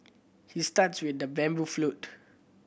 he start with the bamboo flute